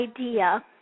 idea